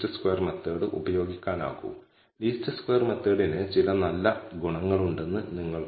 അതുപോലെ β̂₀ ന്റെ വേരിയൻസ് എന്നത് എറർ വേരിയൻസ് σ2 നെ ഈ അനുപാതം കൊണ്ട് ഗുണിച്ചതാണെന്ന് കാണിക്കാം